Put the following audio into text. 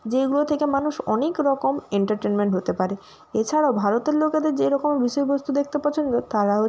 যেইগুলো থেকে মানুষ অনেক রকম এন্টারটেনমেন্ট হতে পারে এছাড়াও ভারতের লোকেদের যে রকম বিষয়বস্তু দেখতে পছন্দ তারা হচ্ছে